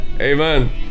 Amen